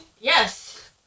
Yes